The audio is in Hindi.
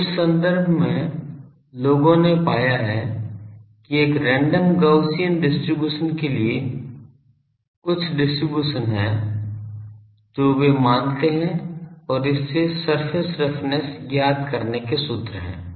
तो उस संदर्भ में लोगों ने पाया है कि एक रैंडम गॉसियन डिस्ट्रीब्यूशन के लिए कुछ डिस्ट्रीब्यूशन है जो वे मानते हैं और इससे सरफेस रफनेस ज्ञात करने के सूत्र हैं